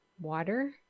water